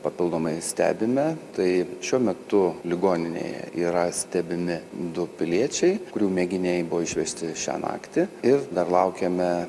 papildomai stebime tai šiuo metu ligoninėje yra stebimi du piliečiai kurių mėginiai buvo išvežti šią naktį ir dar laukiame